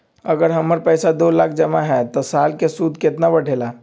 अगर हमर पैसा दो लाख जमा है त साल के सूद केतना बढेला?